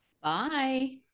Bye